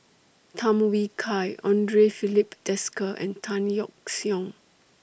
Tham Yui Kai Andre Filipe Desker and Tan Yeok Seong